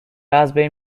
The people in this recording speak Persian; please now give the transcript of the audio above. ازبین